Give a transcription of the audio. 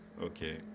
okay